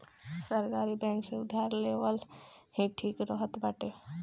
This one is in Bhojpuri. सरकारी बैंक से उधार लेहल ही ठीक रहत बाटे